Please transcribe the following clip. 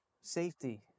safety